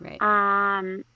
Right